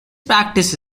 practice